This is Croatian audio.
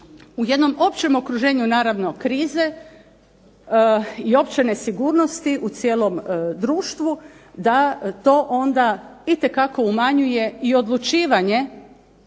u jednom općem okruženju krize i opće nesigurnosti u cijelom društvu da to onda itekako umanjuje i odlučivanje